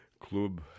Club